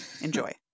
Enjoy